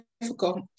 difficult